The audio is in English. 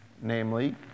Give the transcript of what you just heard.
namely